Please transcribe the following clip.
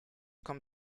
kommt